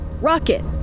Rocket